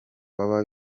baba